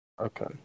Okay